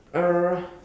uh